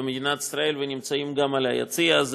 במדינת ישראל, ונמצאים גם ביציע הזה,